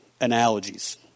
analogies